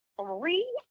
three